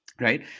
right